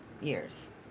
Years